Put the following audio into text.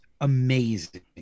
amazing